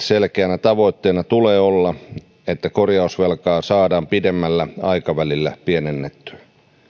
selkeänä tavoitteena tulee olla että korjausvelkaa saadaan pidemmällä aikavälillä pienennettyä